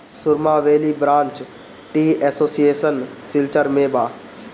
सुरमा valley branch tea association Silchar में बा